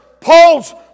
Paul's